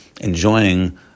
enjoying